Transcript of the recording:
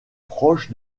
proche